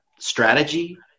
strategy